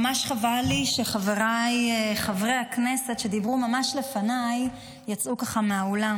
ממש חבל לי שחבריי חברי הכנסת שדיברו ממש לפניי יצאו ככה מהאולם.